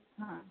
हां